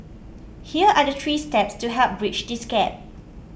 here are the three steps to help bridge this gap